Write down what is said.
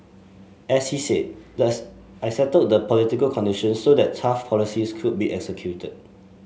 as he said thus I settled the political conditions so that tough policies could be executed